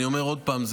אני אומר עוד פעם,